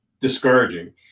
discouraging